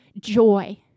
joy